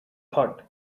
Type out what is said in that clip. thought